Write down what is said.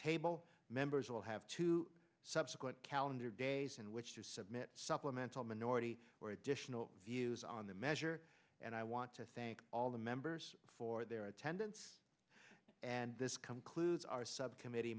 table members will have two subsequent calendar days in which to submit supplemental minority or additional views on the measure and i want to thank all the members for their attendance and this come clues our subcommittee